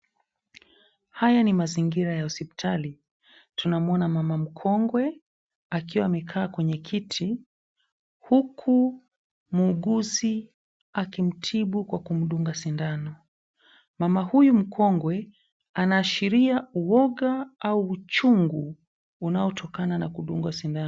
Haya ni mazingira ya hospitali, tunamuona mama mkongwe akiwa amekaa kwenye kiti huku muuguzi akimtibu kwa kumdunga sindano. Mama huyu mkongwe anaashiria uoga au uchungu unaotokana na kudungwa sindano.